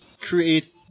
create